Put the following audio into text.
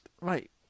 right